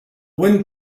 wind